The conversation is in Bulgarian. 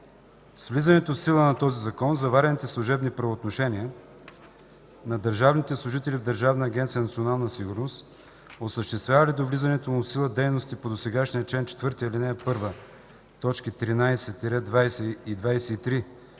С влизането в сила на този закон заварените служебни правоотношения на държавните служители в Държавна агенция „Национална сигурност”, осъществявали до влизането му в сила дейности по досегашния чл. 4,